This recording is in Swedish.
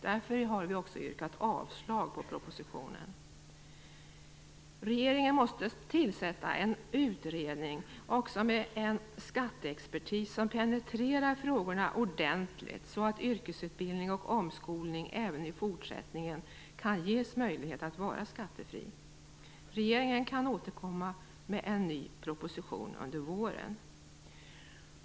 Därför har vi yrkat avslag på propositionen. Regeringen måste tillsätta en utredning med en skatteexpertis som penetrerar frågorna ordentligt, så att yrkesutbildning och omskolning även i fortsättningen kan ges möjlighet att vara skattefri. Regeringen kan återkomma med en ny proposition under våren.